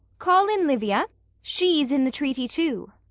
call in livia she's in the treaty too.